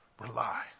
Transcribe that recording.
rely